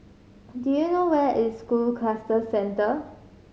do you know where is School Cluster Centre